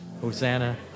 Hosanna